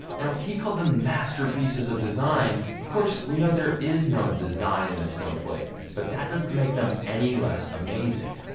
now, he called them masterpieces of design, of course we know there is no design in a snowflake, but that doesn't make them any less amazing.